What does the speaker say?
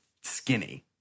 skinny